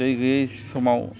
दै गोयै समाव